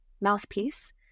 mouthpiece